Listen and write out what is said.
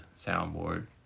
soundboard